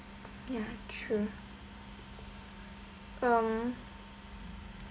ya true mm